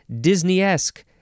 Disney-esque